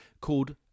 called